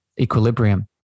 equilibrium